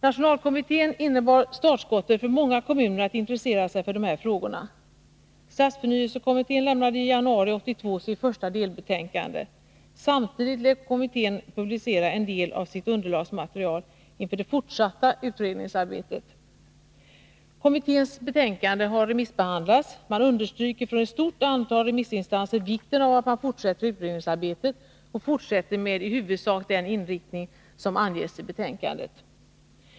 Nationalkommittén innebar startskottet för många kommuner att intressera sig för de här frågorna. Stadsförnyelsekommittén lämnade i januari 1982 sitt första delbetänkande. Samtidigt lät kommittén publicera en del av sitt underlagsmaterial inför det fortsatta utredningsarbetet. Kommitténs betänkande har remissbehandlats. Ett stort antal remissinstanser understryker vikten av att utredningsarbetet fortsätter, i huvudsak med den inriktning som anges i betänkandet.